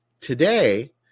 Today